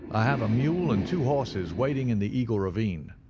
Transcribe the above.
i have a mule and two horses waiting in the eagle ravine.